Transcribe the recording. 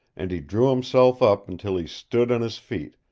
and he drew himself up until he stood on his feet,